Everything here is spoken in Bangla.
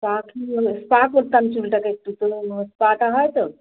স্পা কীভাবে স্পা করতাম চুলটাকে একটু তো স্পা টা হয় তো